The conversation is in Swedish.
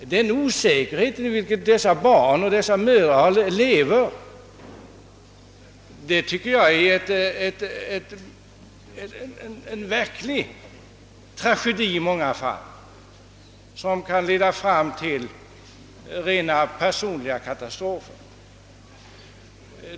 Den osäkerhet, varunder dessa barn och dessa mödrar lever, utgör i många fall en verklig tragedi som kan leda till personliga katastrofer.